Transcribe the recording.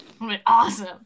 Awesome